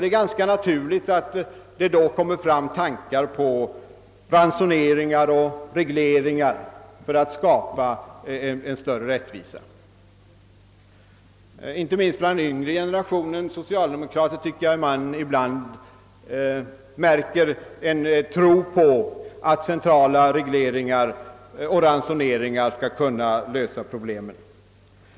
Det är ganska naturligt att detta ibland manar fram tanken på ransoneringar och regleringar för att skapa större rättvisa. Inte minst bland den yngre generationen socialdemokrater tycker man sig ibland märka en tro på att centrala regleringar och ransoneringar skall kunna lösa problemen.